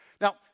Now